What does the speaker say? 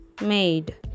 made